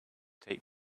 take